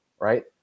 right